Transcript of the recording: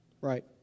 right